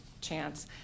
chance